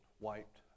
wiped